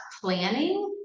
planning